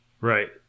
Right